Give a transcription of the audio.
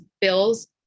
bills